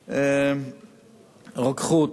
רוקחות,